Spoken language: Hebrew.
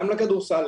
גם לכדורסל,